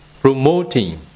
promoting